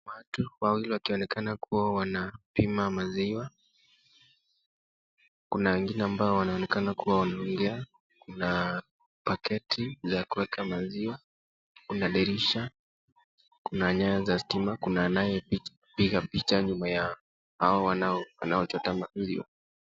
Watu wawili wakionekana kuwa wanapima maziwa. Kuna wengine ambao wanaonekana kuwa wanaongea, kuna paketi za kuweka maziwa, kuna dirisha, kuna nyaya za stima, kuna anayepiga picha nyuma ya hawa wanaochoza maziwa.